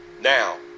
now